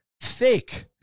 fake